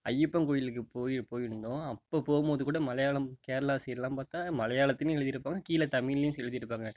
ஐயப்பன் கோயிலுக்கு போய் போயிருந்தோம் அப்போ போகும் போது கூட மலையாளம் கேரளா சைட்டெலாம் பார்த்தா மலையாலத்துலேயும் எழுதியிருப்பாங்க கீழே தமிழ்லேயும் எழுதியிருப்பாங்க